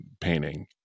painting